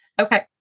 Okay